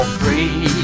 free